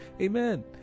Amen